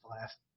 last –